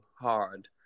hard